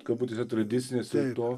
kabutėse tradiciniės dėl to